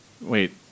wait